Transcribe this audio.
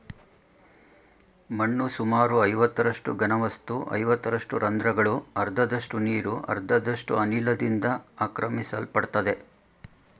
ಮಣ್ಣು ಸುಮಾರು ಐವತ್ತರಷ್ಟು ಘನವಸ್ತು ಐವತ್ತರಷ್ಟು ರಂದ್ರಗಳು ಅರ್ಧದಷ್ಟು ನೀರು ಅರ್ಧದಷ್ಟು ಅನಿಲದಿಂದ ಆಕ್ರಮಿಸಲ್ಪಡ್ತದೆ